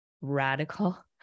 radical